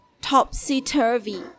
topsy-turvy